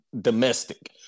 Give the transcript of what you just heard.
domestic